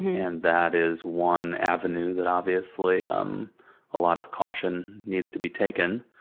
and that is one avenue that obviously um a lot of caution needs to be taken.